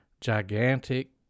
gigantic